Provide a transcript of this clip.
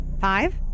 Five